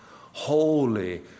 holy